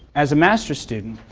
as a master's student,